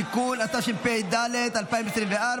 (תיקון), התשפ"ד 2024,